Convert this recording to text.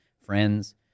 friends